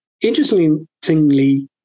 Interestingly